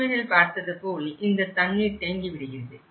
காஷ்மீரில் பார்த்தது போல் இந்த தண்ணீர் தேங்கிவிடுகிறது